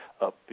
up